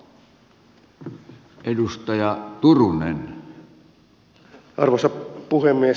arvoisa puhemies